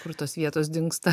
kur tos vietos dingsta